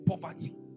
poverty